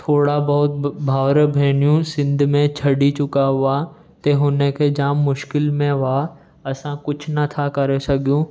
थोड़ा बहुत भाउर भेनियूं सिंध में छॾी चुका हुआ ते हुन खे जाम मुश्किल में हुआ असां कुझु नथा करे सघियूं